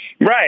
Right